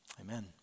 Amen